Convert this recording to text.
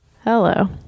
Hello